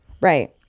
Right